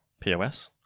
POS